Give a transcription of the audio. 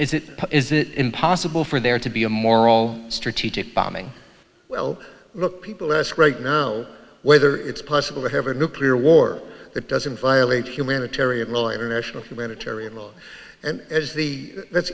is it is it impossible for there to be a moral strategic bombing well look people ask right now whether it's possible to have a nuclear war that doesn't violate humanitarian law international humanitarian law and as the that's